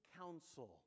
counsel